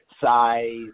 size